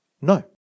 No